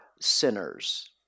sinners